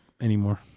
anymore